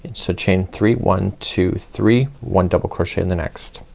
and so chain three, one, two, three, one double crochet in the next.